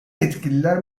yetkililer